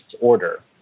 order